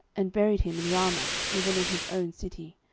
and buried him in ramah, even in his own city.